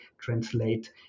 translate